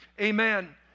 Amen